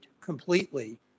completely